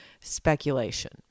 Speculation